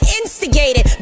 instigated